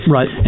Right